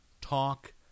talk